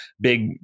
big